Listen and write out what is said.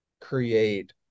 create